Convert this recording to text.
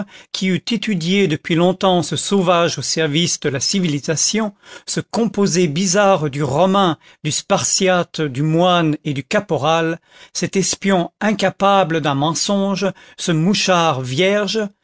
qui eût étudié depuis longtemps ce sauvage au service de la civilisation ce composé bizarre du romain du spartiate du moine et du caporal cet espion incapable d'un mensonge ce mouchard vierge